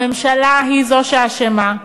הממשלה היא שאשמה,